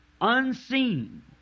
unseen